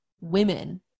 women